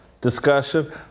discussion